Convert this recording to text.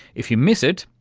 if you miss it,